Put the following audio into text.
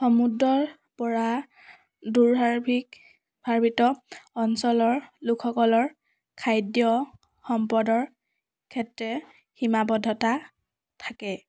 সমুদ্ৰৰ পৰা অঞ্চলৰ লোকসকলৰ খাদ্য সম্পদৰ ক্ষেত্ৰে সীমাবদ্ধতা থাকে